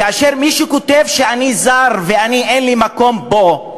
כאשר מישהו כותב שאני זר ואין לי מקום פה,